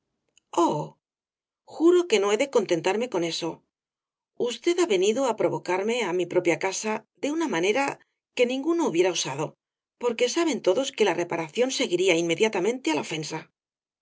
juro que no he de contentarme con eso usted ha venido á provocarme á mi propia casa de una manera que ninguno hubiera osado porque saben todos que la reparación seguiría inmediatamente á la ofensa